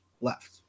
left